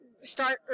start